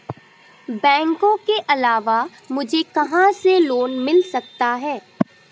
बैंकों के अलावा मुझे कहां से लोंन मिल सकता है?